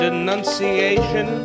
denunciation